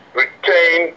retain